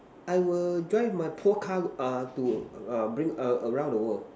I will drive my poor car uh to uh bring uh around the world